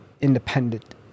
independent